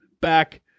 Back